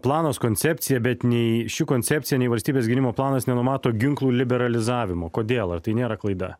planas koncepcija bet nei ši koncepcija nei valstybės gynimo planas nenumato ginklų liberalizavimo kodėl ar tai nėra klaida